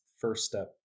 first-step